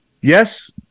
Yes